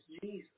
Jesus